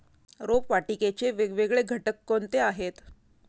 रोपवाटिकेचे वेगवेगळे घटक कोणते आहेत?